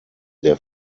der